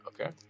Okay